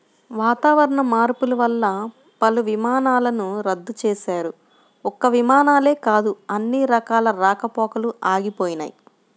వాతావరణ మార్పులు వల్ల పలు విమానాలను రద్దు చేశారు, ఒక్క విమానాలే కాదు అన్ని రకాల రాకపోకలూ ఆగిపోయినయ్